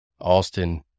Austin